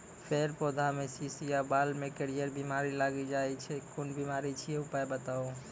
फेर पौधामें शीश या बाल मे करियर बिमारी लागि जाति छै कून बिमारी छियै, उपाय बताऊ?